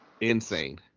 Insane